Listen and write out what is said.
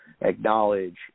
acknowledge